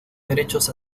derechos